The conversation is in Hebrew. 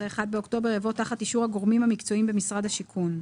אחרי '1 באוקטובר' יבוא 'תחת אישור הגורמים המקצועיים במשרד השיכון'.